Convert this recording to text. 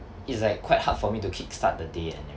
it's like quite hard for me to kick start the day and everything